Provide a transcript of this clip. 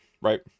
right